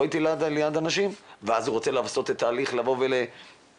לא הייתי ליד אנשים' ואז הוא רוצה לבצע תהליך של השגה,